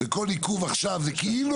וכל עיכוב עכשיו זה כאילו